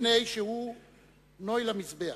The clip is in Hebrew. מפני שהוא נוי למזבח.